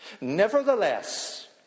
Nevertheless